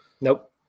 Nope